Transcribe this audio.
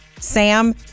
Sam